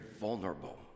vulnerable